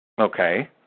Okay